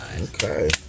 Okay